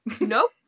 Nope